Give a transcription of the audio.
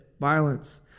violence